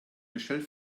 michelle